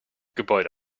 gebäude